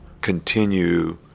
continue